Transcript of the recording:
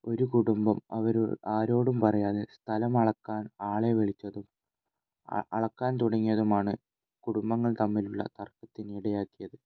ഒരു കുടുംബം അവര് ആരോടും പറയാതെ സ്ഥലം അളക്കാൻ ആളെ വിളിച്ചതും അളക്കാൻ തുടങ്ങിയതുമാണ് കുടുംബങ്ങൾ തമ്മിലുള്ള തർക്കത്തിന് ഇടയാക്കിയത്